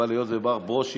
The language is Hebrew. אבל היות שמר ברושי